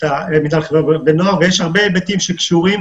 מינהל חברה ונוער ויש הרבה היבטים שקשורים